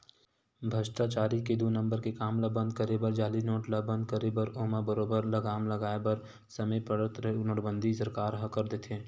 भस्टाचारी के दू नंबर के काम ल बंद करे बर जाली नोट ल बंद करे बर ओमा बरोबर लगाम लगाय बर समे पड़त नोटबंदी सरकार ह कर देथे